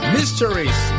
Mysteries